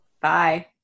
Bye